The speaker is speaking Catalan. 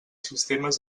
sistemes